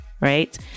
right